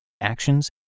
actions